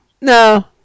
no